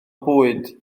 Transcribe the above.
bwyd